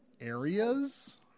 areas